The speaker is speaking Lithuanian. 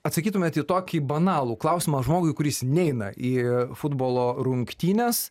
atsakytumėt į tokį banalų klausimą žmogui kuris neina į futbolo rungtynes